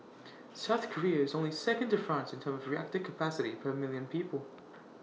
south Korea is only second to France in terms of reactor capacity per million people